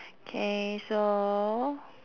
K so